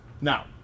now